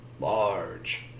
large